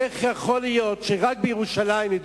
איך יכול להיות שרק בירושלים, למשל,